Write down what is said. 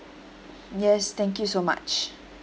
yes thank you so much